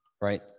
right